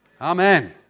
Amen